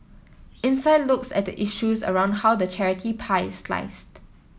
insight looks at the issues around how the charity pie is sliced